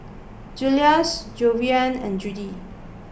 Juluis Javion and Judi